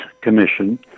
commission